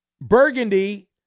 burgundy